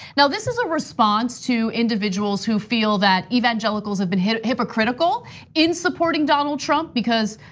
now this is a response to individuals who feel that evangelicals have been hypocritical in supporting donald trump because,